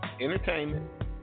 Entertainment